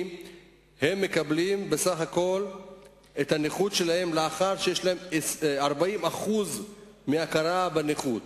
מקבלים את הנכות אחרי שיש להם 40% נכות,